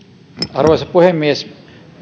arvoisa puhemies